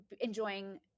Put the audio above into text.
enjoying